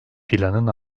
planın